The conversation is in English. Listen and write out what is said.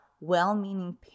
well-meaning